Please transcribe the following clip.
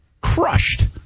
crushed